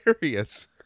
hilarious